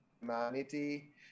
Humanity